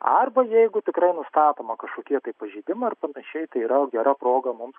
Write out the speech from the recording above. arba jeigu tikrai nustatoma kažkokie tai pažeidimai ar panašiai tai yra gera proga mums